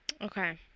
Okay